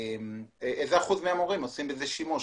איזה אחוז מהמורים עושים בזה שימוש.